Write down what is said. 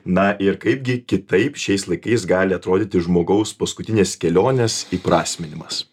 na ir kaipgi kitaip šiais laikais gali atrodyti žmogaus paskutinės kelionės įprasminimas